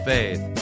Faith